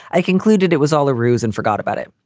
i concluded it was all a ruse and forgot about it.